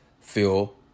feel